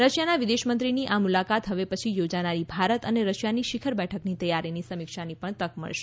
રશિયાના વિદેશમંત્રીની આ મુલાકાતી હવે પછી યોજાનારી ભારત અને રશિયાની શિખર બેઠકની તૈયારીની સમીક્ષાની પણ તક મળશે